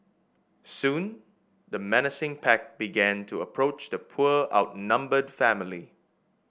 soon the menacing pack began to approach the poor outnumbered family